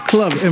Club